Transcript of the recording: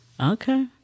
Okay